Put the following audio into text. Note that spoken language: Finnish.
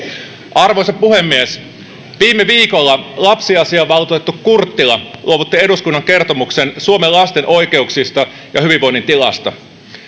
arvoisa puhemies viime viikolla lapsiasiavaltuutettu kurttila luovutti eduskunnalle kertomuksen suomen lasten oikeuksista ja hyvinvoinnin tilasta